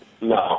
No